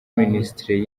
minisiteri